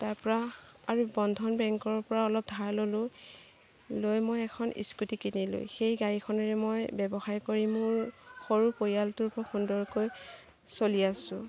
তাৰ পৰা আৰু বন্ধন বেংকৰ পৰা অলপ ধাৰ ল'লোঁ লৈ মই এখন স্কুটি কিনিলোঁ সেই গাড়ীখনেৰে মই ব্যৱসায় কৰি মোৰ সৰু পৰিয়ালটো বৰ সুন্দৰকৈ চলি আছোঁ